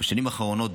בשנים האחרונות,